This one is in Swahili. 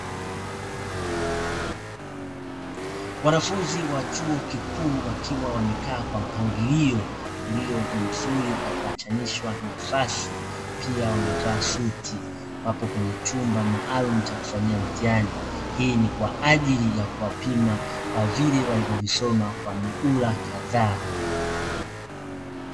Wanafunzi wa chuo kikuu wakiwa wamekaa kwa mpangilio ulio mzuri kwa kuachanishwa nafasi, pia wamevaa suti wapo kwenye chumba maalumu cha kufanyia mtihani, hii ni kwa ajili ya kuwapima kwa vile walivyovisoma kwa mihula kadhaa.